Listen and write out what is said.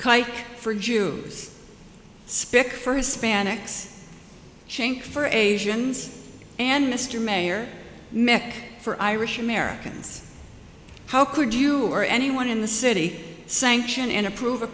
kike for jews spic for hispanics chink for agents and mr mayor mc for irish americans how could you or anyone in the city sanction and approve a